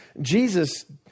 Jesus